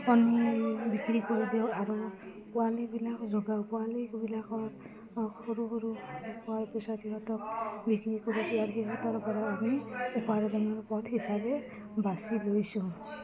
কণী বিক্ৰী কৰিলেও আৰু পোৱালিবিলাক জগাওঁ পোৱালিবিলাকৰ সৰু সৰু হোৱাৰ পিছত সিহঁতক বিক্ৰী কৰি দিয়াৰ সিহঁতৰপৰা আমি উপাৰ্জনৰ পথ হিচাপে বাচি লৈছোঁ